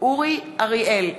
אורי אריאל,